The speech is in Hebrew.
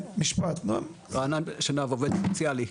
רענן שנהב, עובד סוציאלי.